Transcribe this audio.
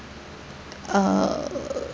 ugh